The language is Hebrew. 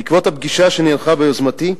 בעקבות הפגישה, שנערכה ביוזמתי,